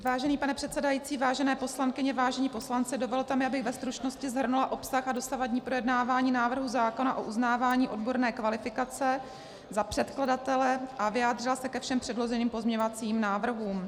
Vážený pane předsedající, vážené poslankyně, vážení poslanci, dovolte mi, abych ve stručnosti shrnula obsah a dosavadní projednávání návrhu zákona o uznávání odborné kvalifikace za předkladatele a vyjádřila se ke všem předloženým pozměňovacím návrhům.